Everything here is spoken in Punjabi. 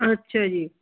ਅੱਛਾ ਜੀ